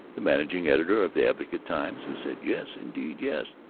the managing editor of the advocate-times, who said yes, indeed yes,